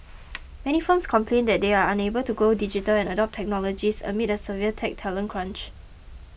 many firms complain that they are unable to go digital and adopt technologies amid a severe tech talent crunch